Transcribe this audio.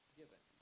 given